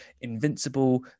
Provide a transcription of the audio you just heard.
Invincible